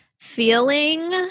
feeling